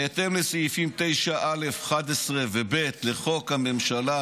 בהתאם לסעיפים 9(א)(11) ו-9(ב) לחוק הממשלה,